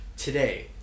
today